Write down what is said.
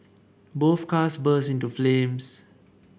both cars burst into flames